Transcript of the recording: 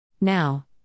Now